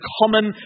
common